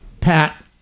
pat